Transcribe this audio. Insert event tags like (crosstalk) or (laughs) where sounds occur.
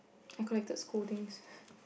I collected scoldings (laughs)